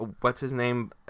what's-his-name